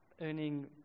earning